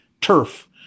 turf